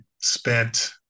spent